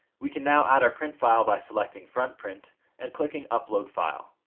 we can now add our printfile by selecting front print and clicking upload file